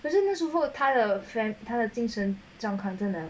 不是那时候那是他的精神状况真的